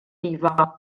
iva